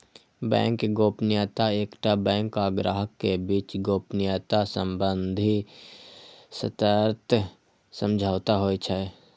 bank गोपनीयता एकटा bank आ ग्राहक के बीच गोपनीयता संबंधी सशर्त समझौता होइ छै